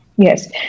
Yes